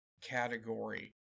category